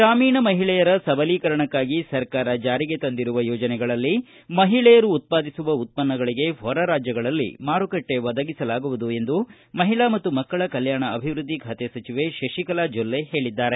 ಗ್ರಾಮೀಣ ಮಹಿಳೆಯರ ಸಬಲೀಕರಣಕ್ಕಾಗಿ ಸರ್ಕಾರ ಜಾರಿಗೆ ತಂದಿರುವ ಯೋಜನೆಗಳಲ್ಲಿ ಮಹಿಳೆಯರು ಉತ್ಪಾದಿಸುವ ಉತ್ಪನ್ನಗಳಿಗೆ ಹೊರ ರಾಜ್ಯಗಳಲ್ಲಿ ಮಾರುಕಟ್ಟೆ ಒದಗಿಸಲಾಗುವುದು ಎಂದು ಮಹಿಳಾ ಮತ್ತು ಮಕ್ಕಳ ಕಲ್ಕಾಣ ಅಭಿವೃದ್ದಿ ಖಾತೆ ಸಚಿವೆ ಶಶಿಕಲಾ ಜೊಲ್ಲೆ ಹೇಳಿದ್ದಾರೆ